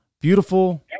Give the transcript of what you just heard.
beautiful